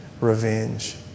revenge